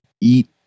eat